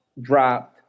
dropped